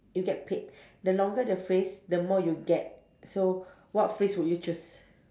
you get paid the longer the phrase the more you get so what phrase would you choose